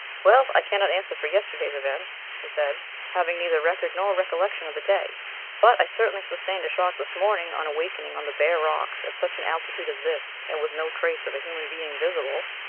well, i cannot answer for yesterday's events, he said, having neither record nor recollection of the day but i certainly sustained a shock this morning on awaking on the bare rocks at such an altitude as this and with no trace of a human being visible!